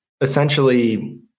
essentially